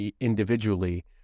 individually